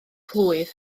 plwyf